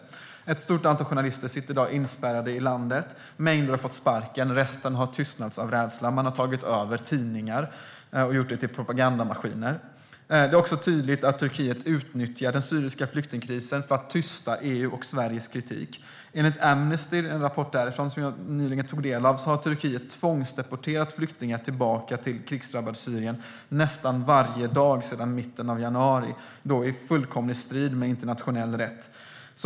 Ett stort antal journalister sitter i dag inspärrade i landet. Mängder har fått sparken, och resten har tystats av rädsla. Man har tagit över tidningar och gjort dem till propagandamaskiner. Det är också tydligt att Turkiet utnyttjar den syriska flyktingkrisen för att tysta EU:s och Sveriges kritik. Enligt en rapport från Amnesty som jag nyligen tog del av har Turkiet deporterat flyktingar tillbaka till ett krigsdrabbat Syrien nästan varje dag sedan mitten av januari, vilket är i fullkomlig strid med internationell rätt.